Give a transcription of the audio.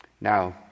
Now